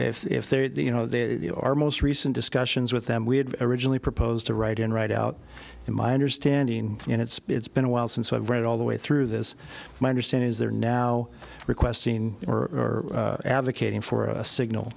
cannot if they you know they are most recent discussions with them we had originally proposed to right in right out in my understanding and it's been a while since i've read all the way through this my understanding is they're now requesting or advocating for a signal